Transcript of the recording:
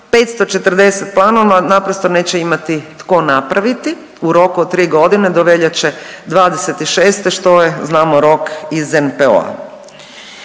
540 planova naprosto neće imati tko napraviti u roku od 3 godine do veljače 26. što je znamo rok iz NPOO-a.